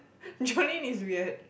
Jolene is weird